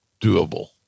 doable